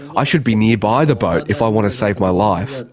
i should be nearby the boat if i want to save my life.